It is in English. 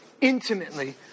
intimately